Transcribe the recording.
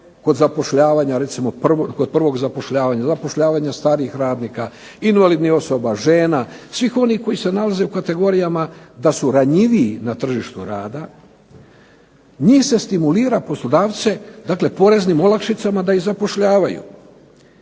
poslodavaca kod prvog zapošljavanja, zapošljavanja starijih radnika, invalidnih osoba, žena, svih onih koji se nalaze u kategorijama da su ranjiviji na tržištu rada, njih se stimulira, poslodavce, dakle poreznim olakšicama da ih zapošljavaju.